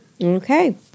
Okay